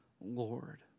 Lord